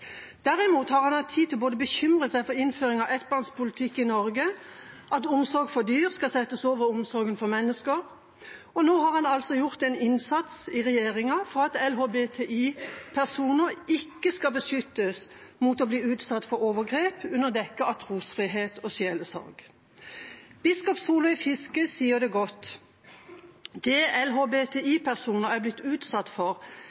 Derimot har han hatt tid til å bekymre seg for både innføring av ettbarnspolitikk i Norge og at omsorg for dyr skal settes over omsorg for mennesker, og nå har han altså gjort en innsats i regjeringa for at LHBTI-personer ikke skal beskyttes mot å bli utsatt for overgrep, under dekke av trosfrihet og sjelesorg. Biskop Solveig Fiske sier det godt: «Det LHBTI personer er blitt utsatt for